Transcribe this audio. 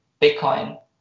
Bitcoin